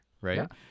right